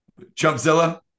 Chumpzilla